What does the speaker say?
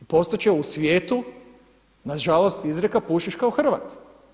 I postat će u svijetu na žalost izreka pušiš kao Hrvat.